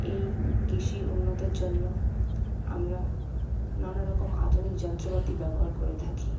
এই কৃষি উন্নতর জন্য আমরা নানারকম আধুনিক যন্ত্রপাতি ব্যবহার করে থাকি